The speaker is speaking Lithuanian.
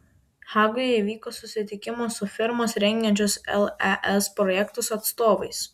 hagoje įvyko susitikimas su firmos rengiančios lez projektus atstovais